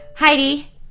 Heidi